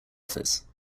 office